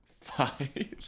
five